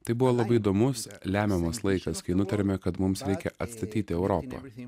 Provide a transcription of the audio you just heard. tai buvo labai įdomus lemiamas laikas kai nutarėme kad mums reikia atstatyti europą